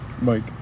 Mike